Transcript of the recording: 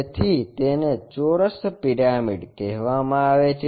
તેથી તેને ચોરસ પિરામિડ કહેવામાં આવે છે